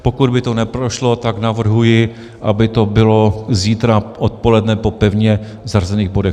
Pokud by to neprošlo, tak navrhuji, aby to bylo zítra odpoledne po pevně zařazených bodech.